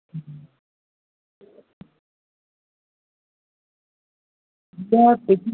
हा छोकी पो आ न छट पूजा हिन लाए थोड़ो लेट थी वियोमि हिन लाए टिकेट कढायण लाए